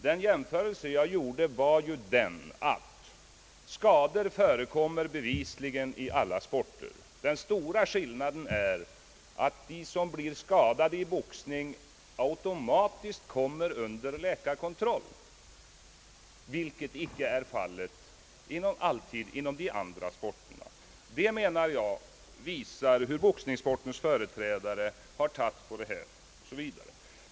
Den jämförelse jag gjorde var ju att skador bevisligen förekommer i alla sportgrenar; den stora skillnaden är att de som blir skadade 1 boxning automatiskt kommer under läkarkontroll — något som icke alltid är fallet inom de andra idrotterna. Det visar, menar jag, hur boxningssportens företrädare har sett på den här saken.